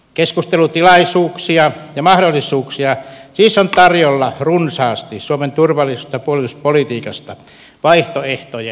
keskustelutilaisuuksia ja mahdollisuuksia siis on tarjolla runsaasti suomen turvallisuus ja puolustuspolitiikan vaihtoehtojen tarkasteluun